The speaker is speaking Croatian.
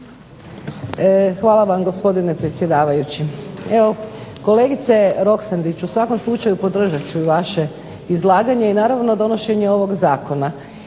Hvala vam, gospodine predsjedavajući. Kolegice Roksandić, u svakom slučaju podržat ću vaše izlaganje i naravno donošenje ovog zakona.